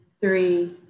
three